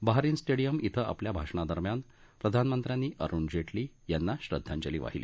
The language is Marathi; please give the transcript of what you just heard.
बहारीन स्टेडियम क्वे आपल्या भाषणादरम्यान प्रधानमंत्र्यांनी अरुण जेटली यांना श्रद्वांजली वाहिली